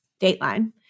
Dateline